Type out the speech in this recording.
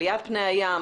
עליית פני הים,